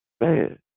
man